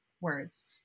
words